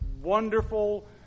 wonderful